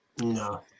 No